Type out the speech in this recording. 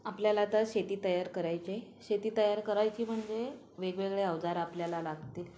आपल्याला आता शेती तयार करायची शेती तयार करायची म्हणजे वेगवेगळे अवजार आपल्याला लागतील